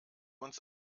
uns